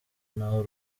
n’aho